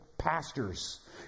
pastors